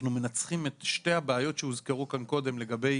אנחנו מנצחים את שתי הבעיות שהוזכרו כאן קודם לגבי